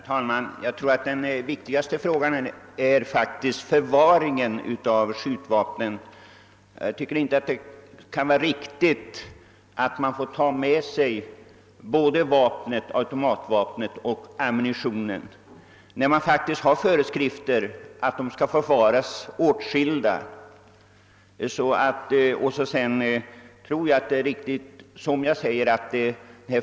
Herr talman! Jag tror att den vikti gaste frågan är förvaringen av skjutvapnen. Det kan inte vara riktigt att man får ta med sig både automatvapnet och ammunitionen, när det faktiskt finns föreskrifter om att de skall förvaras åtskilda.